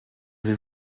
vais